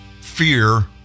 Fear